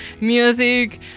music